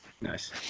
nice